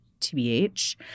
TBH